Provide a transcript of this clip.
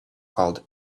called